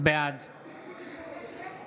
בעד